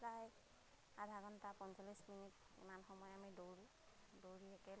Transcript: প্ৰায় আধা ঘণ্টা পঞ্চলিছ মিনিট সিমান সময় আমি দৌৰোঁ